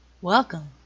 Welcome